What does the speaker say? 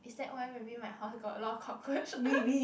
is that why maybe my house got a lot of cockroach